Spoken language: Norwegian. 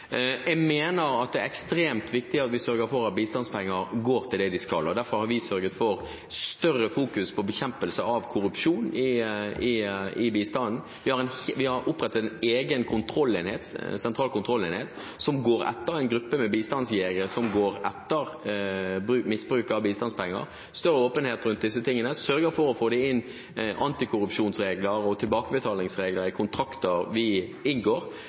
Jeg mener at det er ekstremt viktig å sørge for at bistandspenger går til det de skal. Derfor har vi sørget for større oppmerksomhet på bekjempelse av korrupsjon i bistanden, og vi har opprettet en egen, sentral kontrollenhet – en gruppe bistandsjegere – som går etter misbruk av bistandspenger. Vi vil ha større åpenhet om dette, og vi sørger også for å få inn antikorrupsjonsregler og tilbakebetalingsregler i kontrakter vi inngår,